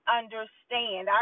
understand